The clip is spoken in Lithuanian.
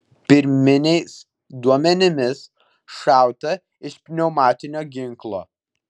pirminiais duomenimis šauta iš pneumatinio ginklo